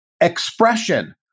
expression